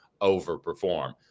overperform